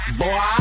boy